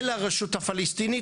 אל הרשות הפלסטינית: